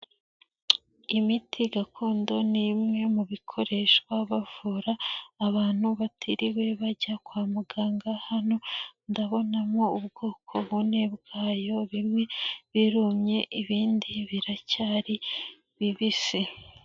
Imiti gakondo ni imwe mubi bikoreshwa bavura abantu batiriwe bajya kwa muganga, hano ndabonamo ubwoko bune bwayo, bimwe birumye ibindi biracyari bibisi.